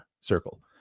circle